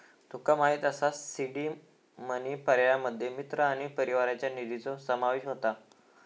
तुका माहित असा seed money पर्यायांमध्ये मित्र आणि परिवाराच्या निधीचो समावेश होता